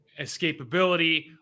escapability